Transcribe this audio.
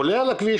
עולה על הכביש,